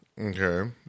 Okay